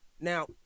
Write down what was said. Now